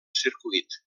circuit